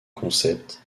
concept